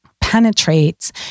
penetrates